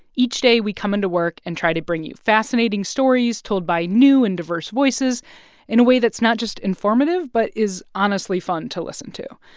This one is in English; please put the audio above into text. each day, we come into work and try to bring you fascinating stories told by new and diverse voices in a way that's not just informative but is honestly fun to listen to.